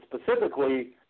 specifically